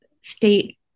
state